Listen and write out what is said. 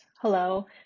Hello